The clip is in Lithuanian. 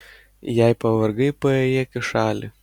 jei pavargai paėjėk į šalį